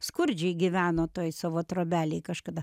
skurdžiai gyveno toj savo trobelėj kažkada